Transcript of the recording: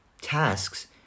tasks